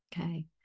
Okay